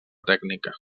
tècnica